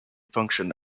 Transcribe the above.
function